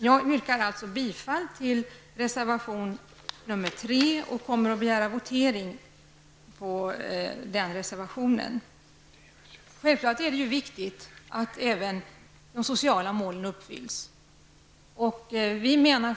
Jag yrkar således bifall till reservation nr 3 och kommer att begära votering på den reservationen. Det är självfallet viktigt att även de sociala målen uppfylls.